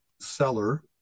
seller